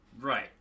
Right